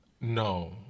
No